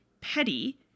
petty